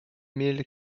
mille